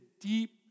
deep